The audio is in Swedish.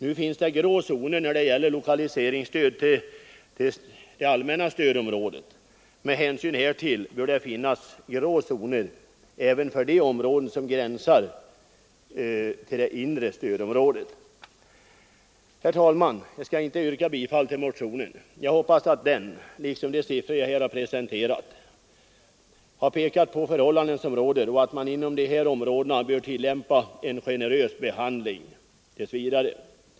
Nu finns det grå zoner när det gäller lokaliseringsstöd till allmänna stödområdet. Med hänsyn härtill bör det finnas grå zoner även för de områden som gränsar till det inre stödområdet. Herr talman! Jag skall inte yrka bifall till motionen. Jag hoppas att den liksom de siffror jag presenterat har klargjort de rådande förhållandena och att de här områdena tills vidare får en generös behandling.